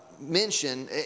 mention